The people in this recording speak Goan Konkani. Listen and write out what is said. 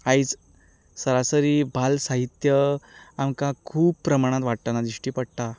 आयज सरासरी बाल साहित्य आमकां खूब प्रमाणान वाडटना दिश्टी पडटा